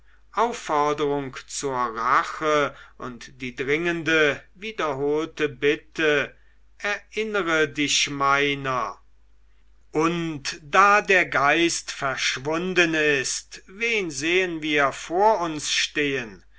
aufforderung zur rache und die dringende wiederholte bitte erinnere dich meiner und da der geist verschwunden ist wen sehen wir vor uns stehen